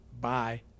bye